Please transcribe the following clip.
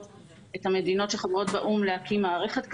את המדינות שחברות באו"ם להקים מערכת כזאת.